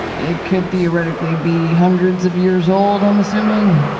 it could theoretically be hundreds of years old, i'm assuming.